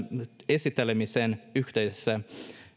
esittelemisen yhteydessä